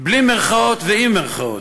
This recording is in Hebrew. בלי מירכאות ועם מירכאות.